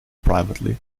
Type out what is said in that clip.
privately